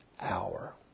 hour